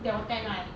there were ten right